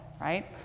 right